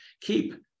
keep